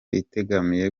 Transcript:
itegamiye